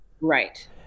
Right